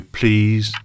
please